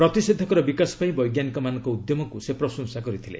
ପ୍ରତିଷେଧକର ବିକାଶ ପାଇଁ ବୈଜ୍ଞାନିକମାନଙ୍କ ଉଦ୍ୟେମକୁ ସେ ପ୍ରଶଂସା କରିଥିଲେ